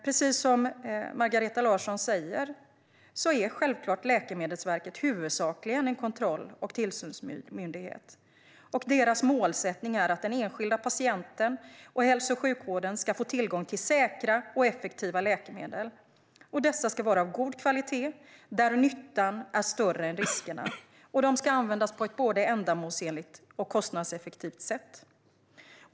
Precis som Margareta Larsson säger är Läkemedelsverket huvudsakligen en kontroll och tillsynsmyndighet. Dess målsättning är att den enskilda patienten och hälso och sjukvården ska få tillgång till säkra och effektiva läkemedel av god kvalitet där nyttan är större än riskerna, och de ska användas på ett både ändamålsenligt och kostnadseffektivt sätt.